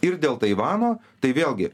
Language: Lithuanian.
ir dėl taivano tai vėlgi